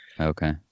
Okay